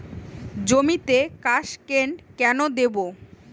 জমিতে কাসকেড কেন দেবো?